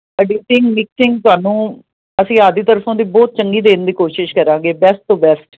editing ਤੁਹਾਨੂੰ ਅਸੀਂ ਆਪਦੀ ਤਰਫੋਂ ਤੇ ਬਹੁਤ ਚੰਗੀ ਦੇਣ ਦੀ ਕੋਸ਼ਿਸ਼ ਕਰਾਂਗੇ ਬੈਸਟ ਤੋਂ ਬੈਸਟ